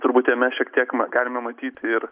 turbūt jame šiek tiek galime matyti ir